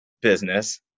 business